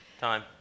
Time